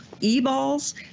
e-balls